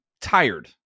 tired